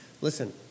Listen